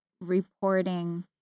reporting